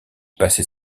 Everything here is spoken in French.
passait